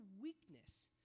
weakness